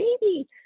baby